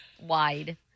Wide